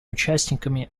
участниками